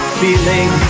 feeling